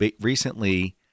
recently